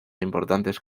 importantes